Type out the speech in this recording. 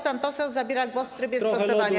Pan poseł zabiera głos w trybie sprostowania.